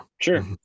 sure